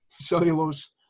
cellulose